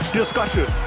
discussion